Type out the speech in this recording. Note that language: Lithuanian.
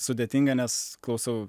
sudėtinga nes klausau